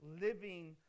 living